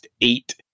eight